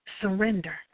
surrender